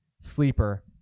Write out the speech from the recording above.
sleeper